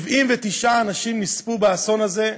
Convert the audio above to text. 79 אנשים נספו באסון הזה.